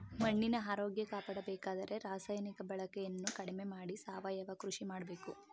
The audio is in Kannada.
ಮಣ್ಣಿನ ಆರೋಗ್ಯ ಕಾಪಾಡಬೇಕಾದರೆ ರಾಸಾಯನಿಕ ಬಳಕೆಯನ್ನು ಕಡಿಮೆ ಮಾಡಿ ಸಾವಯವ ಕೃಷಿ ಮಾಡಬೇಕು